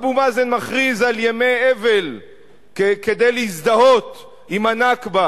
אבו מאזן מכריז על ימי אבל כדי להזדהות עם הנכבה